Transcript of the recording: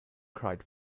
cried